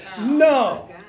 No